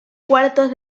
cuartos